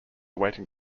waiting